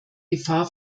gefahr